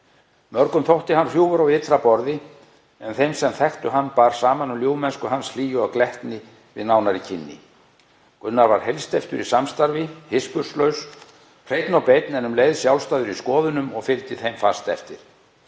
Mörgum þótti hann hrjúfur á ytra borði en þeim sem þekktu hann bar saman um ljúfmennsku hans, hlýju og glettni við nánari kynni. Gunnar var heilsteyptur í samstarfi, hispurslaus, hreinn og beinn, en um leið sjálfstæður í skoðunum og fylgdi þeim fast eftir.